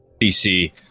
PC